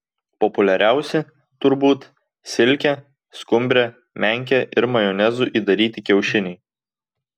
populiariausi turbūt silke skumbre menke ir majonezu įdaryti kiaušiniai